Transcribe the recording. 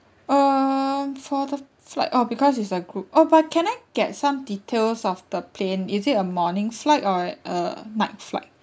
um for the flight oh because it's a good group oh but can I get some details of the plane is it a morning flight or a night flight